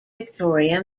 victoria